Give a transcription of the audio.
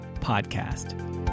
podcast